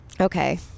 Okay